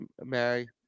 mary